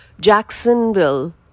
Jacksonville